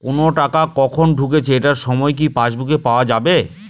কোনো টাকা কখন ঢুকেছে এটার সময় কি পাসবুকে পাওয়া যাবে?